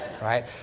Right